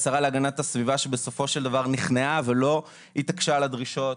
השרה להגנת הסביבה שבסופו של דבר נכנעה ולא התעקשה על הדרישות,